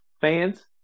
fans